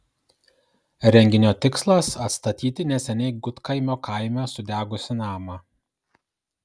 renginio tikslas atstatyti neseniai gudkaimio kaime sudegusį namą